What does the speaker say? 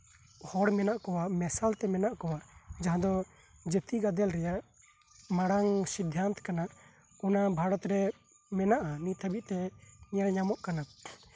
ᱦᱚᱲ ᱢᱮᱱᱟᱜ ᱠᱚᱣᱟ ᱢᱮᱥᱟᱞ ᱛᱮ ᱢᱮᱱᱟᱜ ᱠᱚᱣᱟ ᱡᱟᱦᱟᱸᱫᱚ ᱡᱟᱹᱛᱤ ᱜᱟᱫᱮᱞ ᱨᱮᱱᱟᱜ ᱢᱟᱨᱟᱝ ᱥᱤᱫᱽᱫᱷᱟᱱᱛ ᱠᱟᱱᱟ ᱚᱱᱟ ᱵᱷᱟᱨᱚᱛ ᱨᱮ ᱢᱮᱱᱟᱜᱼᱟ ᱱᱤᱛ ᱦᱟᱹᱵᱤᱡ ᱛᱮ ᱧᱮᱞ ᱧᱟᱢᱚᱜ ᱠᱟᱱᱟ